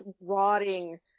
rotting